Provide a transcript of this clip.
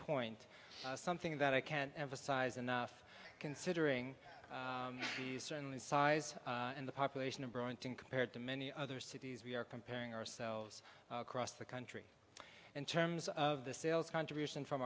point something that i can't emphasize enough considering the certainly size and the population of burlington compared to many other cities we are comparing ourselves cross the country in terms of the sales contribution from